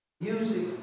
music